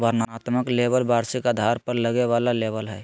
वर्णनात्मक लेबल वार्षिक आधार पर लगे वाला लेबल हइ